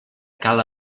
cal